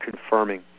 confirming